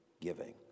giving